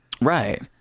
right